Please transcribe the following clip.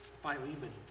Philemon